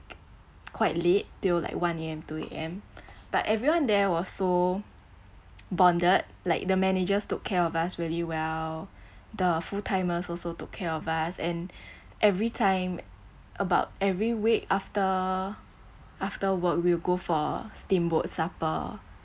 quite late till like one A_M two A_M but everyone there was so bonded like the managers took care of us really well the full-timers also took care of us and everytime about every week after after work we'll go for steamboat supper